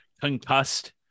concussed